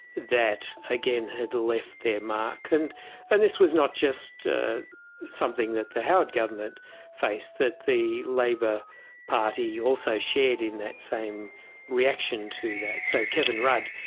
that again had left their mark. and and this was not just something that the howard government faced, that the labor party also shared in that same reaction to that. so kevin rudd,